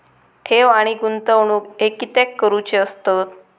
ठेव आणि गुंतवणूक हे कित्याक करुचे असतत?